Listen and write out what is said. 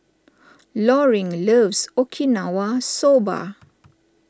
Loring loves Okinawa Soba